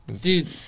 Dude